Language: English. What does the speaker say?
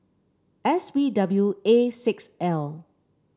S B W A six L